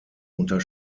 unter